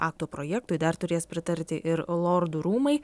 akto projektui dar turės pritarti ir lordų rūmai